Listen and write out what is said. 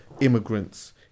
immigrants